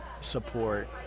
support